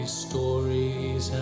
stories